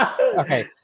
Okay